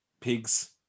pigs